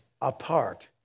apart